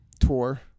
tour